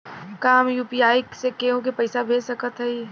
का हम यू.पी.आई से केहू के पैसा भेज सकत हई?